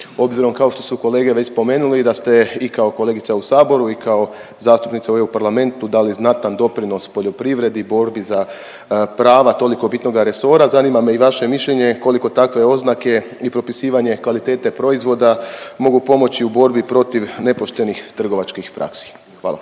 Obzirom kao što su kolege već spomenuli da ste i kao kolegica u saboru i kao zastupnica u EU parlamentu dali znatan doprinos poljoprivredi, borbi za prava toliko bitnoga resora zanima me i vaše mišljenje koliko takve oznake i propisivanje kvalitete proizvoda mogu pomoći u borbi protiv nepoštenih trgovačkih praksi. Hvala.